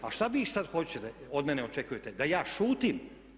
A šta vi sad hoćete, od mene očekujete da ja šutim.